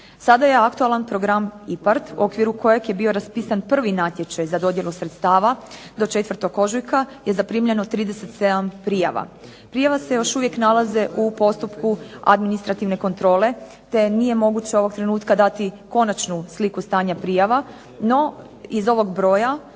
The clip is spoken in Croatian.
Sada je aktualna program IPARD u okviru kojeg je bio raspisan prvi natječaj za dodjelu sredstava do 4. ožujka je zaprimljeno 37 prijava. Prijave se još uvijek nalaze u postupku administrativne kontrole te nije moguće ovoga trenutka dati konačnu sliku stanja prijava, no iz ovog broja